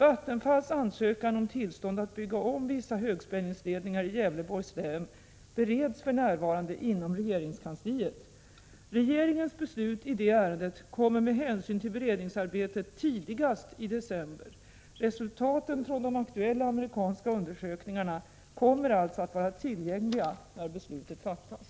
Vattenfalls ansökan om tillstånd att bygga om vissa högspänningsledningar i Gävleborgs län bereds för närvarande inom regeringskansliet. Regeringens beslut i det ärendet kommer med hänsyn till beredningsarbetet tidigast i december. Resultaten från de aktuella amerikanska undersökningarna kommer alltså att vara tillgängliga när beslutet fattas.